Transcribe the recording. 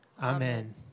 Amen